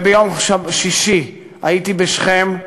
ביום שישי הייתי בשכם,